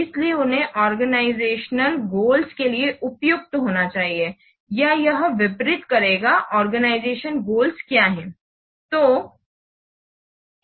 इसलिए उन्हें organisational goals के लिए उपयुक्त होना चाहिए या यह वितरित करेगा ऑर्गनिज़तिओनल गोल्स क्या हैं